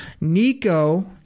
Nico